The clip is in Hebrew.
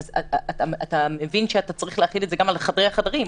אתה מבין שאתה צריך להחיל את זה גם על חדרי החדרים,